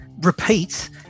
repeat